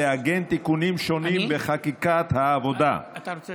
תיקון דיני העבודה (העלאת שכר המינימום,